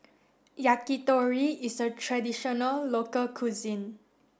Yakitori is a traditional local cuisine